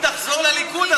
אם תחזור לליכוד,